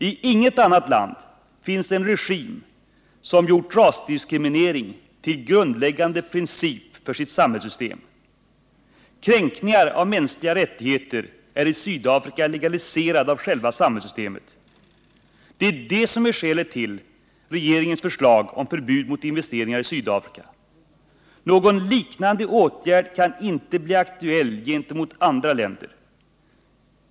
I inget annat land finns det en regim som gjort rasdiskriminering till grundläggande princip för sitt samhällssystem. Kränkningar av mänskliga rättigheter är i Sydafrika legaliserade av själva samhällssystemet. Det är det som är skälet till regeringens förslag om förbud mot investeringar i Sydafrika. Någon liknande åtgärd kan inte bli aktuell gentemot andra länder.